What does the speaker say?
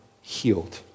healed